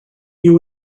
you